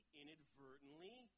inadvertently